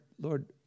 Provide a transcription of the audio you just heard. Lord